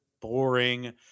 boring